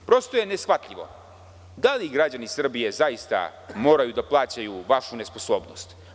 Prosto je neshvatljivo da li građani Srbije zaista moraju da plaćaju vašu nesposobnost.